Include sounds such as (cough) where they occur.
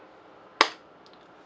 (noise)